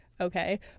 Okay